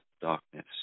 darkness